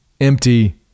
empty